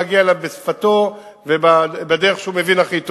להגיע אליו בשפתו ובדרך שהוא מבין הכי טוב,